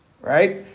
Right